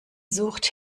sucht